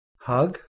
Hug